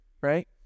right